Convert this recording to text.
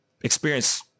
experience